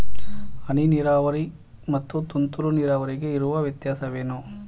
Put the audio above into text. ಹನಿ ನೀರಾವರಿ ಮತ್ತು ತುಂತುರು ನೀರಾವರಿಗೆ ಇರುವ ವ್ಯತ್ಯಾಸವೇನು?